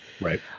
right